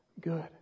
Good